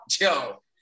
yo